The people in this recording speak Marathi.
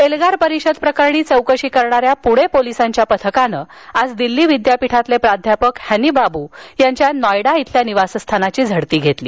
एल्गार परिषद प्रकरणी चौकशी करणाऱ्या पुणे पोलिसांच्या पथकानं आज दिल्ली विद्यापीठातील प्राध्यापक हॅनी बाबू यांच्या नॉयडा इथल्या निवासस्थानाची झडती घेतली